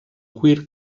cuir